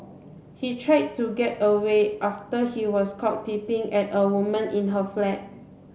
he tried to get away after he was caught peeping at a woman in her flat